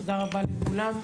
תודה רבה לכולם.